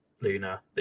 Luna